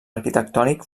arquitectònic